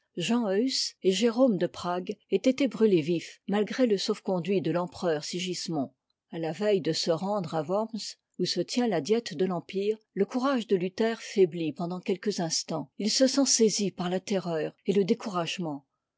et jérôme de prague aient été brûlés vifs malgré le sauf-conduit de l'empereur sigismond a la veille de se rendre à worms où se tient la diète de l'empire le courage de luther faiblit pendant quelques instants il se sent saisi par la terreur et le découragement